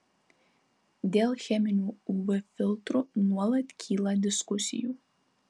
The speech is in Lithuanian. dėl cheminių uv filtrų nuolat kyla diskusijų